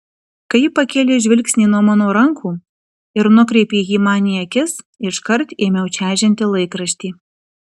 kai ji pakėlė žvilgsnį nuo mano rankų ir nukreipė jį man į akis iškart ėmiau čežinti laikraštį